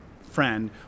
friend